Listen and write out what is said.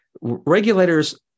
regulators